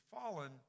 fallen